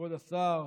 כבוד השר,